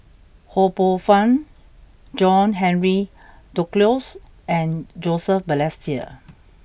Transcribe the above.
Ho Poh Fun John Henry Duclos and Joseph Balestier